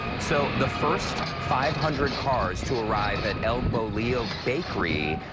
so the first five hundred cars to arrive at elbow leo bakery,